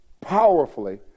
powerfully